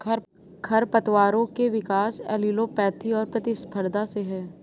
खरपतवारों के विकास एलीलोपैथी और प्रतिस्पर्धा से है